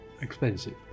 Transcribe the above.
expensive